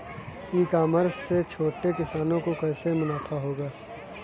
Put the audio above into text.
ई commerce से छोटे किसानों को कैसे मुनाफा होगा?